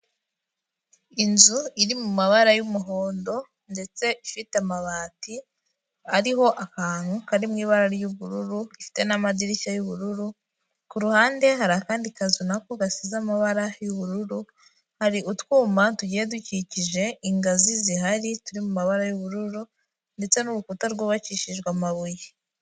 Inzu iri mu mabara y'umuhondo ndetse ifite amabati ariho akantu kari mu ibara ry'ubururu, ifite n'amadirishya y'ubururu, ku ruhande hari akandi kazu na ko gasize amabara y'ubururu, hari utwuma tugiye dukikije ingazi zihari turi mu mabara y'ubururu ndetse n'urukuta rwubakishijwe amabuye.